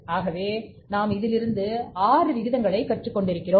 ஆகவே நாம் இதிலிருந்து ஆறு விகிதங்களை கற்றுக் கொண்டிருக்கிறோம்